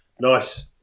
Nice